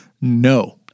No